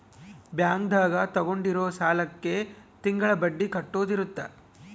bank ದಾಗ ತಗೊಂಡಿರೋ ಸಾಲಕ್ಕೆ ತಿಂಗಳ ಬಡ್ಡಿ ಕಟ್ಟೋದು ಇರುತ್ತ